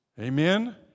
Amen